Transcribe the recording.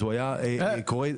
-- קורא.